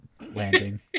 landing